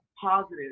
positive